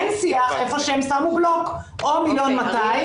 אין שיח איפה שהם שמו בלוק או מיליון ו-200 אלף,